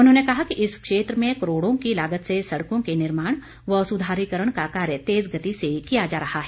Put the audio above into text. उन्होंने कहा कि इस क्षेत्र में करोड़ों की लागत से सड़कों के निर्माण व सुधारीकरण का कार्य तेज गति से किया जा रहा है